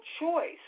choice